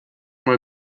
mal